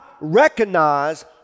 recognize